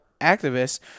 activists